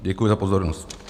Děkuji za pozornost.